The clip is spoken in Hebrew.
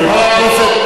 זה ססמאות.